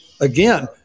again